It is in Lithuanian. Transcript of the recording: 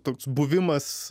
toks buvimas